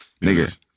Niggas